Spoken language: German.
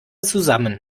zusammen